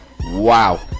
Wow